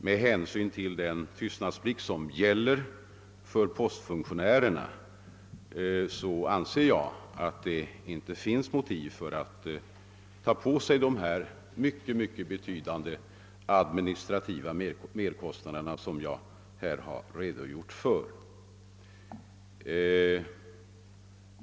Med hänsyn till postfunktionärernas tystnadsplikt anser jag att det inte finns några motiv för att ta på oss de mycket betydande administrativa merkostnader som jag har nämnt.